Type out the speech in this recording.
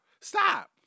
Stop